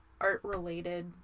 art-related